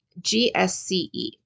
GSCE